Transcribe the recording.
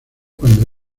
cuando